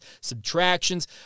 subtractions